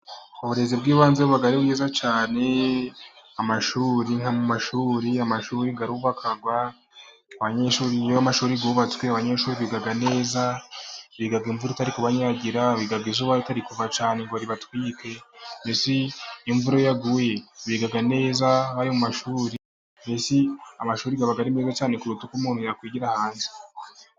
Uburezi bw'ibanze buba ari bwiza cyane. Amashuri arubakwa. Iyo amashuri yubatswe abanyeshuri biga neza, biga imvura itari kubanyagira, biga izuba ritari kuva cyane ngo ribatwike. Mbese imvura iyo yaguye biga neza bari mu mashuri. Amashuri aba ari meza cyane kuruta uko umuntu yakwigira hanze.